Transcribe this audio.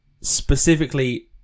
specifically